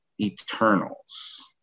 eternals